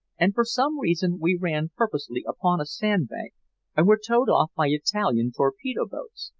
and for some reason we ran purposely upon a sandbank and were towed off by italian torpedo-boats.